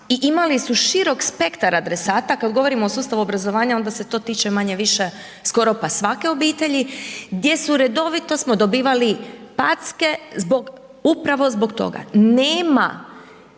i imali su širok spektar adresata, kada govorimo o sustavu obrazovanja onda se to tiče manje-više skoro pa svake obitelji, gdje smo redovito dobivali packe upravo zbog toga. Nema